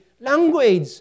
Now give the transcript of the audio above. language